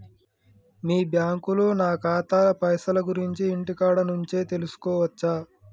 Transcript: మీ బ్యాంకులో నా ఖాతాల పైసల గురించి ఇంటికాడ నుంచే తెలుసుకోవచ్చా?